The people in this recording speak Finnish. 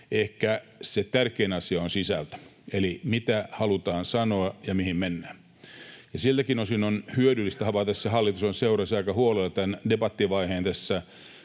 Ehkä se tärkein asia on sisältö, eli mitä halutaan sanoa ja mihin mennä, ja siltäkin osin on hyödyllistä havaita se, että hallitushan seurasi aika huolella tämän debattivaiheen tässä